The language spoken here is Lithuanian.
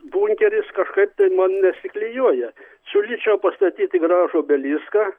bunkeris kažkaip tai man nesiklijuoja siūlyčiau pastatyti gražų obeliską